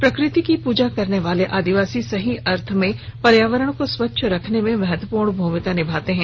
प्रकृति को पूजने वाले आदिवासी सही अर्थ में पर्यावरण को स्वच्छ रखने में महत्वपूर्ण भूमिका निभाते हैं